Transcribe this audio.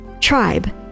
Tribe